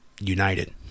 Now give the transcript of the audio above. United